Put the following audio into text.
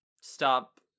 stop